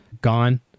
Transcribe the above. gone